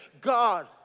God